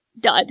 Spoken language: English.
dud